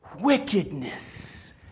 wickedness